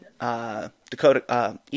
Dakota